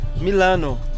Milano